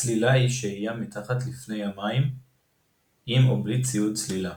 צלילה היא שהייה מתחת לפני המים עם או בלי ציוד צלילה.